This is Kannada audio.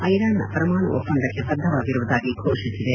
ಇರಾನ್ನ ಪರಮಾಣು ಒಪ್ಪಂದಕ್ಕೆ ಬದ್ಧವಾಗಿರುವುದಾಗಿ ಘೋಷಿಸಿದೆ